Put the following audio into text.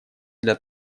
для